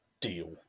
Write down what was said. deal